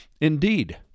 Indeed